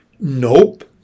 Nope